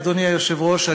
אדוני היושב-ראש,